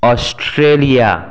Australia